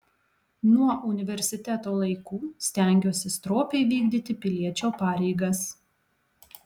nuo universiteto laikų stengiuosi stropiai vykdyti piliečio pareigas